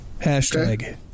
Hashtag